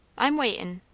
i'm waitin'.